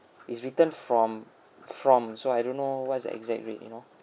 it's written from from so I don't know what's the exact rate you know